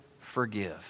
forgive